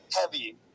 heavy